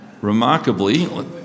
Remarkably